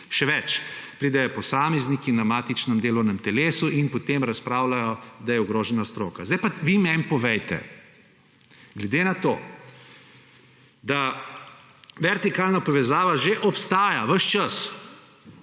Še več, pridejo posamezniki na matično delovno telo in potem razpravljajo, da je stroka ogrožena. Zdaj pa vi meni povejte glede na to, da vertikalna povezava že obstaja ves čas,